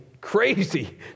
crazy